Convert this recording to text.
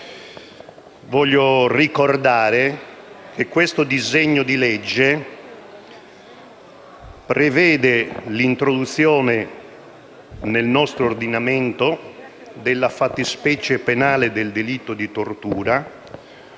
Voglio ricordare che questo disegno di legge prevede l'introduzione nel nostro ordinamento della fattispecie penale del delitto di tortura,